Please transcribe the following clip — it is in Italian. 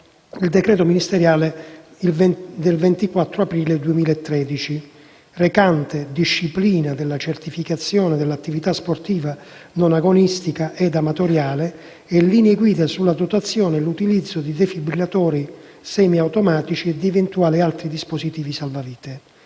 il decreto ministeriale del 24 aprile 2013 recante disciplina della certificazione dell'attività sportiva non agonistica ed amatoriale e linee guida sulla dotazione e l'utilizzo di defibrillatori semiautomatici e di eventuali altri dispositivi salvavita.